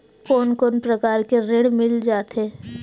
कोन कोन प्रकार के ऋण मिल जाथे?